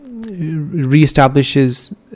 reestablishes